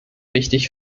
wichtig